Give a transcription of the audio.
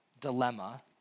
dilemma